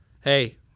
Hey